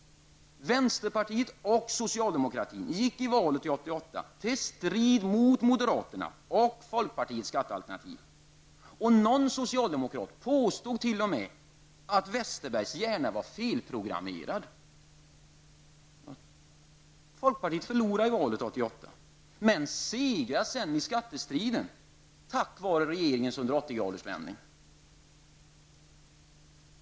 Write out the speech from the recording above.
Vänsterpartiet och socialdemokraterna gick i valet 1988 till strid mot moderaternas och folkpartiets skattealternativ. Någon socialdemokrat påstod t.o.m. att Westerbergs hjärna var felprogrammerad. Folkpartiet förlorade i valet 1988, men segrade i skattestriden -- tack vare regeringens 180-gradersvändning.